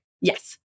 Yes